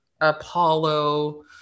Apollo